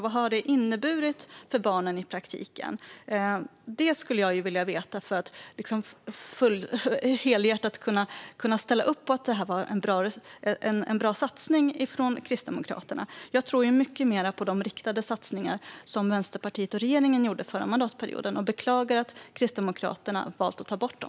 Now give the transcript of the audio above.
Vad har det inneburit i praktiken för barnen? Det skulle jag vilja veta för att helhjärtat kunna ställa upp på att det var en bra satsning från Kristdemokraterna. Jag tror mycket mer på de riktade satsningar som Vänsterpartiet och regeringen gjorde förra mandatperioden, och jag beklagar att Kristdemokraterna valt att ta bort dem.